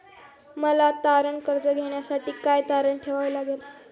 मला तारण कर्ज घेण्यासाठी काय तारण ठेवावे लागेल?